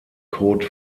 kot